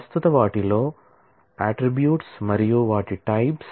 ప్రస్తుత వాటిలో అట్ట్రిబ్యూట్స్